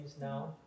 now